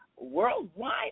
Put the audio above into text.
worldwide